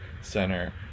center